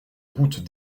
route